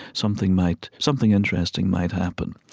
something might something interesting might happen.